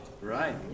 Right